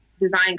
design